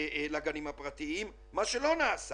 לגנים הפרטיים, שזה דבר שלא נעשה.